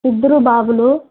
ఇద్దరు బాబులు